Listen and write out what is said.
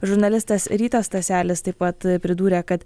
žurnalistas rytas staselis taip pat pridūrė kad